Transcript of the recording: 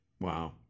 Wow